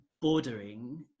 bordering